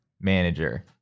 manager